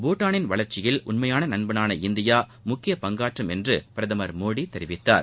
பூட்டாளின் வளர்ச்சியில் உண்மை நண்பனான இந்தியா முக்கிய பங்காற்றும் என்று பிரதமர் திரு மோடி தெரிவித்தார்